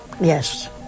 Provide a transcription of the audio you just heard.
Yes